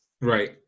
Right